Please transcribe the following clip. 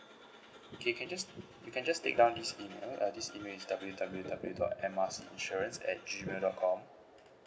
okay can you just you can just take down this email uh this email is W W W dot M R C insurance at G mail dot com